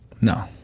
No